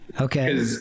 Okay